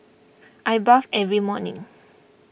I bathe every morning